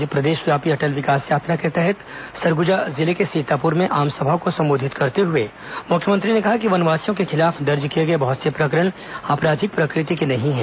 आज प्रदेशव्यापी अटल विकास यात्रा के तहत सरगुजा जिले के सीतापुर में आमसभा को सम्बोधित करते हुए मुख्यमंत्री ने कहा कि वनवासियों के खिलाफ दर्ज किए गए बहुत से प्रकरण आपराधिक प्रकृति के नहीं है